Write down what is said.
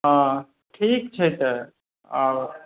हँ ठीक छै तऽ आउ